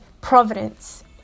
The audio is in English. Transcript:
providence